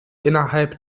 innerhalb